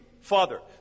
Father